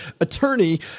attorney